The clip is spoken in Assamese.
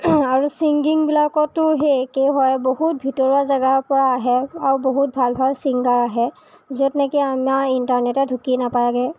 আৰু ছিংগিংবিলাকতো সেই একেই হয় বহুত ভিতৰুৱা জেগাৰপৰা আহে আৰু বহুত ভাল ভাল ছিংগাৰ আহে য'ত নেকি আমাৰ ইন্টাৰনেটে ঢুকি নাপায়গৈ